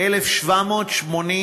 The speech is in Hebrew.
1,788,